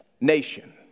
nation